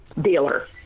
dealer